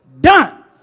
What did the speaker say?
done